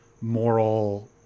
moral